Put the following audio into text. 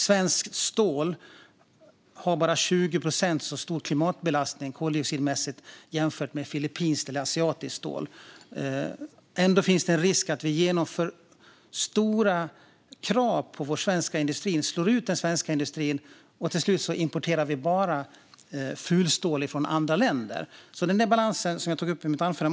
Svenskt stål har bara 20 procent så stor klimatbelastning koldioxidmässigt som filippinskt och annat asiatiskt stål. Men det finns en stor risk att vi genom att ställa för stora krav slår ut vår svenska industri och till slut bara importerar fulstål från andra länder. Vi måste därför alltid ha en balans.